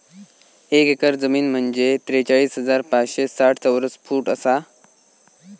एक एकर जमीन म्हंजे त्रेचाळीस हजार पाचशे साठ चौरस फूट आसा